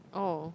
oh